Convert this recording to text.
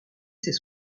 ses